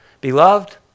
Beloved